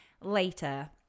later